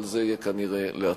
אבל זה יהיה כנראה בעתיד.